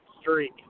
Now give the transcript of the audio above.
streak